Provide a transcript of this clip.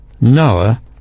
Noah